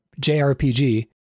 JRPG